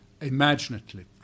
imaginatively